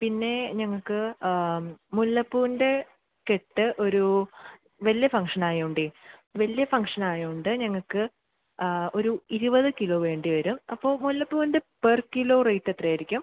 പിന്നെ ഞങ്ങള്ക്ക് മുല്ലപ്പൂവിൻ്റെ കെട്ട് ഒരു വലിയ ഫംഗ്ഷനായോണ്ടേ വലിയ ഫംഗ്ഷനായോണ്ട് ഞങ്ങള്ക്ക് ഒരു ഇരുപത് കിലോ വേണ്ടി വരും അപ്പോള് മുല്ലപ്പൂവിൻ്റെ പെർ കിലോ റേറ്റ് എത്രയായിരിക്കും